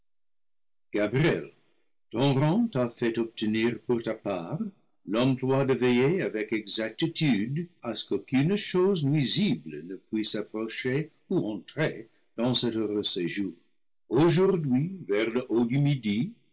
l'emploi de veiller avec exactitude à ce qu'aucune chose nuisible ne puisse approcher ou entrer dans cet heureux séjour aujourd'hui vers le haut du midi